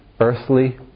earthly